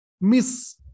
miss